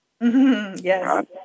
Yes